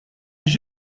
għax